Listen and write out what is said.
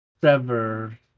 Sever